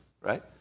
Right